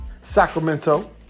Sacramento